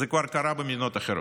זה כבר קרה במדינות אחרות.